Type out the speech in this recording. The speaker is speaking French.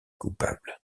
coupable